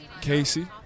Casey